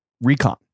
recon